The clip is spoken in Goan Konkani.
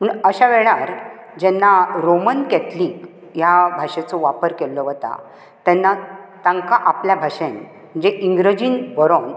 अश्या वेळार जेन्ना रोमन कॅथलीक ह्या भाशेचो वापर केल्लो वता तेन्ना तांकां आपल्या भाशेंत जे इंग्रजीन बरोवंक ते